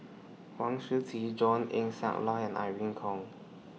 Huang Shiqi John Eng Siak Loy and Irene Khong